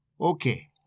Okay